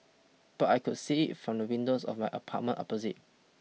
but I could see it from the windows of my apartment opposite